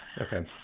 Okay